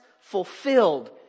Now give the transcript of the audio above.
fulfilled